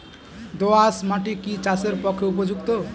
দোআঁশ মাটি কি চাষের পক্ষে উপযুক্ত?